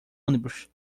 ônibus